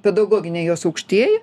pedagoginiai jos aukštieji